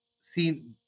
seen